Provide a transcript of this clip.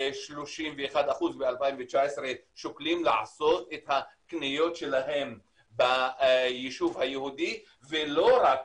31% ב-2019 שוקלים לעשות את הקניות שלהם ביישוב היהודי ולא רק